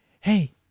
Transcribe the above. hey